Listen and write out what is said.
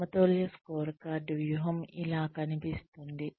సమతుల్య స్కోర్కార్డ్ వ్యూహం ఇలా కనిపిస్తుంది